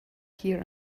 here